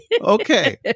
Okay